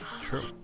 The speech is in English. True